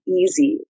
easy